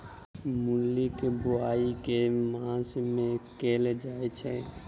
मूली केँ बोआई केँ मास मे कैल जाएँ छैय?